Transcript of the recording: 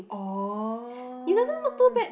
oh